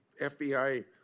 FBI